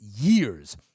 years